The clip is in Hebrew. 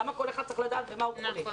למה כל אחד צריך לדעת במה אותו מורה חולה.